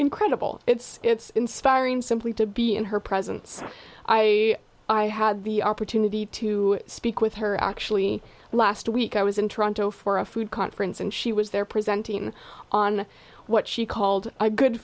incredible it's it's inspiring simply to be in her presence i i had the opportunity to speak with her actually last week i was in toronto for a food conference and she was there presenting on what she called a good